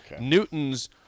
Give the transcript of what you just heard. Newton's